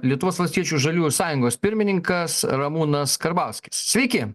lietuvos valstiečių žaliųjų sąjungos pirmininkas ramūnas karbauskis sveiki